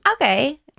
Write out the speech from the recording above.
Okay